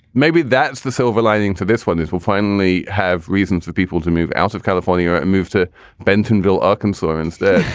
maybe that's the silver lining to this one is we'll finally have reasons for people to move out of california and move to bentonville, arkansas um instead,